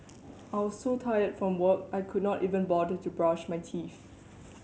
I was so tired from work I could not even bother to brush my teeth